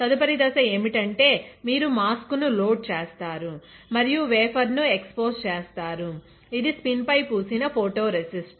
తదుపరి దశ ఏమిటంటే మీరు మాస్క్ ను లోడ్ చేస్తారు మరియు వేఫర్ ను ఎక్సపోజ్ చేస్తారు ఇది స్పిన్ పై పూసిన ఫోటో రెసిస్ట్